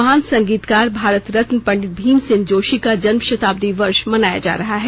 महान संगीतकार भारत रत्न पंडित भीमसेन जोशी का जन्म शताब्दी वर्ष मनाया जा रहा है